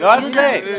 לא, לא על זה.